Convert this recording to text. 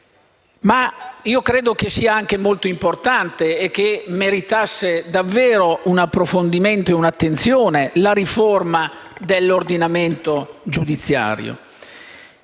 Credo sia molto importante e che meritasse un approfondimento e un'attenzione la riforma dell'ordinamento giudiziario.